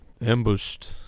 Ambushed